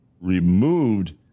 removed